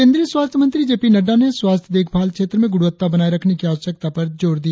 केंद्रीय स्वास्थ्य मंत्री जे पी नड़डा ने स्वास्थ्य देखभाल क्षेत्र में गुणवत्ता बनाए रखने की आवश्यकता पर जोर दिया